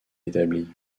établie